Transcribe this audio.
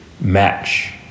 match